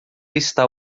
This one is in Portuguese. está